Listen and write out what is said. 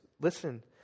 listen